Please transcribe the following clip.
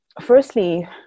firstly